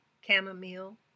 chamomile